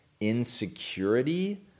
insecurity